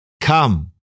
Come